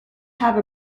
have